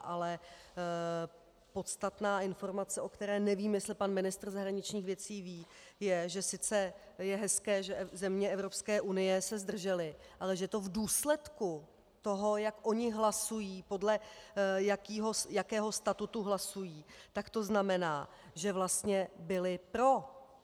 Ale podstatná informace, o které nevím, jestli pan ministr zahraničních věcí ví, je, že sice je hezké, že země Evropské unie se zdržely, ale že to v důsledku toho, jak ony hlasují, podle jakého statutu hlasují, tak to znamená, že vlastně byly pro.